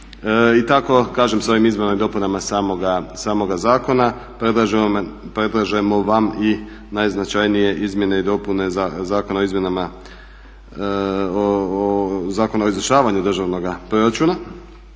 I tako kažem sa ovim izmjenama i dopunama samoga zakona predlažemo vam i najznačajnije izmjene i dopune Zakona o izvršavanju državnog proračuna.